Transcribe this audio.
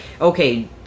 Okay